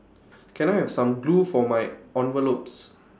can I have some glue for my envelopes